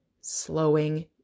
slowing